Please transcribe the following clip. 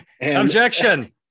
Objection